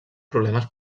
problemes